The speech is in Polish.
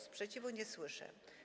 Sprzeciwu nie słyszę.